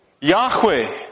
Yahweh